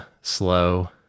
slow